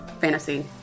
fantasy